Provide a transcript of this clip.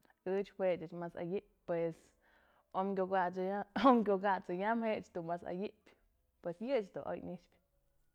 Ëch jue ëch mas ëyëpyë pues omyë kyucahë, omyë kukat'sëyam mas ëyëp, pues yë dun oy nyxpë.